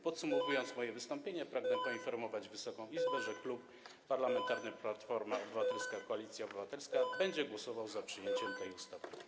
Podsumowując moje wystąpienie, pragnę poinformować Wysoką Izbę, że Klub Parlamentarny Platforma Obywatelska - Koalicja Obywatelska będzie głosował za przyjęciem tej ustawy.